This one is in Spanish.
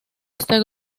este